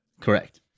Correct